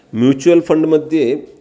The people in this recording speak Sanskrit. म्यूचुवल् फ़ण्ड्मध्ये